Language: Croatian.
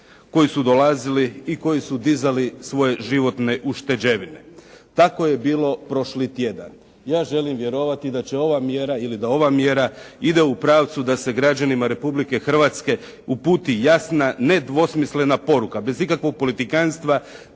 koji su dolazili i koji su dizali svoje životne ušteđevine. Tako je bilo prošli tjedan. Ja želim vjerovati da će ova mjera ili da ova mjera ide u pravcu da se građanima Republike Hrvatske uputi jasna nedvosmislena poruka, bez ikakvog politikantstva